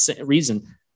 reason